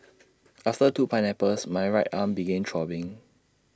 after two pineapples my right arm began throbbing